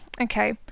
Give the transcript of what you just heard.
okay